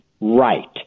right